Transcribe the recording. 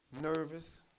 Nervous